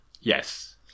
Yes